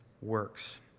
works